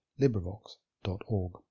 LibriVox.org